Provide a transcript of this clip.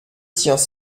tiens